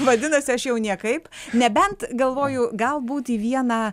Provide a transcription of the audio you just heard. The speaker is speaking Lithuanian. vadinasi aš jau niekaip nebent galvoju galbūt į vieną